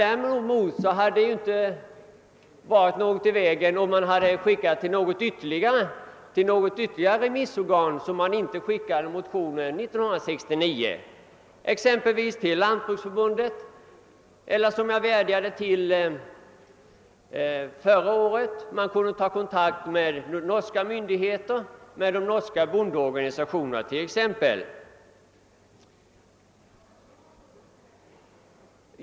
Däremot hade det inte varit ur vägen att skicka motionerna till något annat organ som inte tillfrågades förra året, exempelvis Lantbruksförbundet. Eller också kunde utskottet ha gjort vad jag vädjade om förra året, nämligen att man skulle ta kontakt med norska myndigheter och bondeorganisationer.